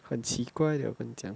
很奇怪的跟你讲